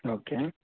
okay